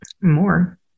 more